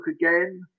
again